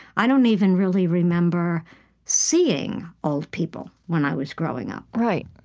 i don't even really remember seeing old people when i was growing up right,